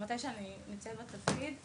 מאז שאני נמצאת בתפקיד,